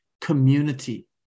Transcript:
community